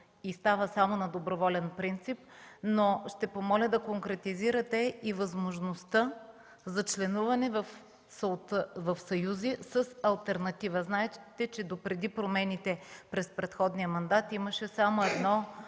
и става само на доброволен принцип, но ще помоля да конкретизирате и възможността за членуване в съюзи с алтернатива. Знаете, че допреди промените през предходния мандат имаше само едно